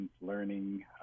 learning